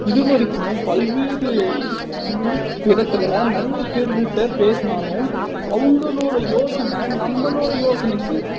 இது வரைக்கும் பல்வேறு இ இடத்தில் நிறைய பேர்கிட்ட பேசினாலும் அவங்களோட யோசனை நம்மளோட யோசனைக்கு